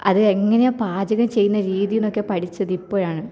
അത് എങ്ങനെയാണ് പാചകം ചെയ്യുന്ന രീതി എന്നൊക്കെ പഠിച്ചത് ഇപ്പോഴാണ്